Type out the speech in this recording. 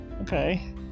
okay